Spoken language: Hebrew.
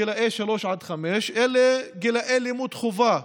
גילאי שלוש עד חמש הם בגיל לימוד חובה,